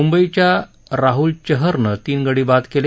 मुंबईच्या राहुल चहरनं तीन गडी बाद केले